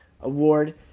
award